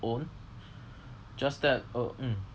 own just that uh mm